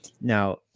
Now